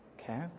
Okay